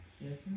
Yes